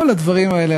כל הדברים האלה,